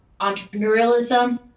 entrepreneurialism